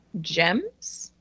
gems